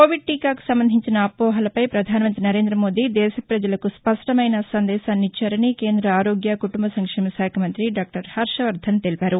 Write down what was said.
Covid టీకాకు సంబంధించిన అపోహలపై ప్రధానమంత్రి సరేంద్రమోదీ దేశ ప్రజలకు స్పష్టమైన సందేశాన్నిచ్చారని కేంద్ర ఆరోగ్య కుటుంబ సంక్షేమశాఖ మంత్రి డాక్టర్ హర్వవర్గన్ తెలిపారు